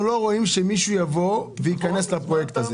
שהם לא רואים שמישהו יבוא וייכנס לפרויקט הזה,